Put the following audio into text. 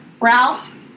Ralph